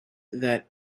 that